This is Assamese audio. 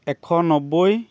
এশ নব্বৈ